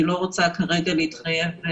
אני לא רוצה כרגע להתחייב.